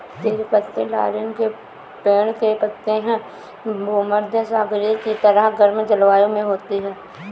तेज पत्ते लॉरेल के पेड़ के पत्ते हैं भूमध्यसागरीय की तरह गर्म जलवायु में होती है